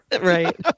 Right